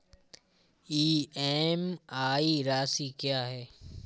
EMI राशि क्या है?